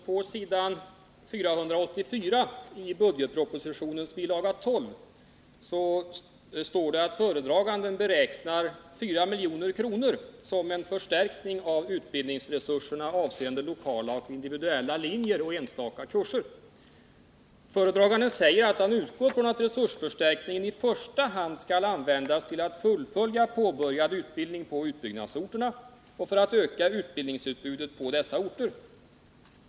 Herr talman! På s. 484 i budgetpropositionens bilaga 12 står det att föredraganden beräknar 4 milj.kr. som en förstärkning av utbildningsresurserna avseende lokala och individuella linjer och enstaka kurser. Föredraganden säger att han utgår från att resursförstärkningen i första hand skall användas till att fullfölja påbörjad utbildning på utbyggnadsorterna och för att öka utbildningsutbudet på dessa orter.